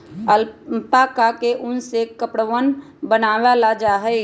alpaca के उन से कपड़वन बनावाल जा हई